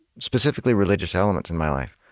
specifically religious elements in my life.